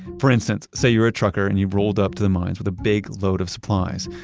for instance, say you're a trucker and you rolled up to the mines with a big load of supplies,